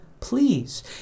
please